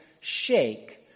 shake